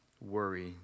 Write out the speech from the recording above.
worry